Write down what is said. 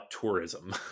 tourism